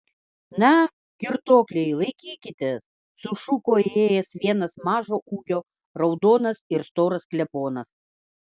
na girtuokliai laikykitės sušuko įėjęs vienas mažo ūgio raudonas ir storas klebonas